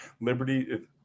Liberty